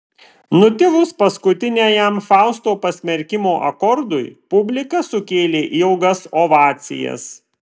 nutilus paskutiniajam fausto pasmerkimo akordui publika sukėlė ilgas ovacijas